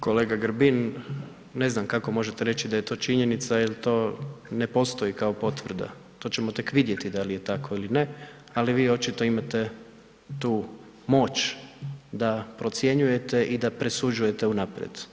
Kolega Grbin ne znam kako možete reći da je to činjenica jel to ne postoji kao potvrda, to ćemo tek vidjeti da li je tako ili ne, ali vi očito imate tu moć da procjenjujete i da presuđujete unaprijed.